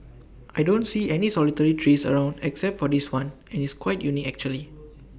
I don't see any solitary trees around except for this one and it's quite unique actually